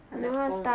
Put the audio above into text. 她的工